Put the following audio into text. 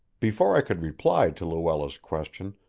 before i could reply to luella's question,